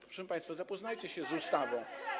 Proszę państwa, zapoznajcie się z ustawą.